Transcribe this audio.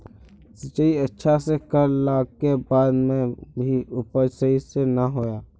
सिंचाई अच्छा से कर ला के बाद में भी उपज सही से ना होय?